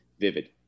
vivid